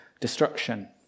destruction